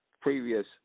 previous